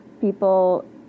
people